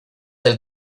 del